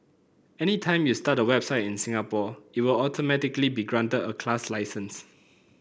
anytime you start a website in Singapore it will automatically be granted a class license